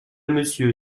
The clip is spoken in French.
monsieur